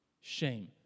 shame